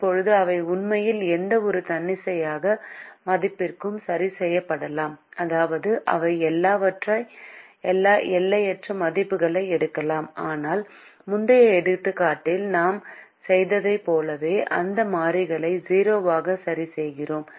இப்போது அவை உண்மையில் எந்தவொரு தன்னிச்சையான மதிப்பிற்கும் சரி செய்யப்படலாம் அதாவது அவை எல்லையற்ற மதிப்புகளை எடுக்கலாம் ஆனால் முந்தைய எடுத்துக்காட்டில் நாம் செய்ததைப் போலவே அந்த மாறிகளை 0 ஆக சரிசெய்கிறோம்